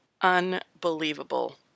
Unbelievable